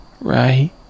right